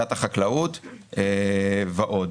תעשיית החקלאות ועוד.